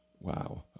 Wow